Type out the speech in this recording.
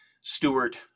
Stewart